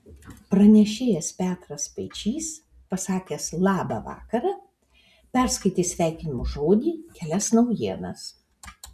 pranešėjas petras spaičys pasakęs labą vakarą perskaitė sveikinimo žodį kelias naujienas